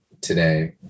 today